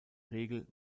regel